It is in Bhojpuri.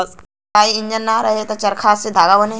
कताई इंजन ना रहल त चरखा से धागा बने